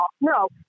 No